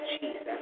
Jesus